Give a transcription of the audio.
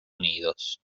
unidos